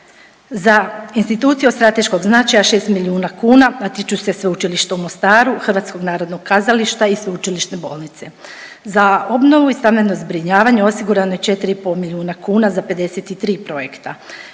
Za institucije od strateškog značaja 6 milijuna kuna, a tiču se Sveučilišta u Mostaru, HNK-a i Sveučilišne bolnice. Za obnovu i stambeno zbrinjavanje osigurano je 4,5 milijuna kuna za 53 projekta.